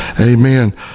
Amen